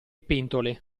pentole